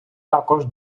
також